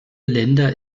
länder